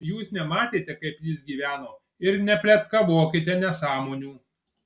jūs nematėte kaip jis gyveno ir nepletkavokite nesąmonių